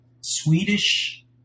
Swedish